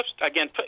again